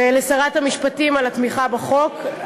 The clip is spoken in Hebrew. ולשרת המשפטים על התמיכה בחוק.